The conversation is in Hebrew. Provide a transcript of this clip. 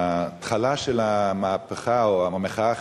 הצעת חוק התכנון והבנייה (תיקון,